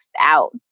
out